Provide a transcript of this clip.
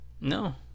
no